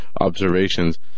observations